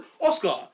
Oscar